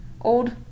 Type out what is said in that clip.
old